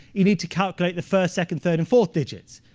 you need to calculate the first, second, third, and fourth digits.